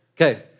Okay